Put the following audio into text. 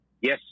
Yes